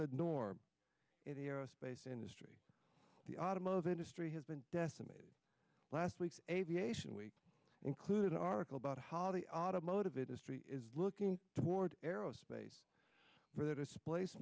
the norm in space industry the automotive industry has been decimated last week aviation week included an article about how the automotive industry is looking toward aerospace for the displa